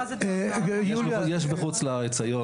לא, יש בחוץ לארץ היום